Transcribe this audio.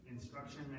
instruction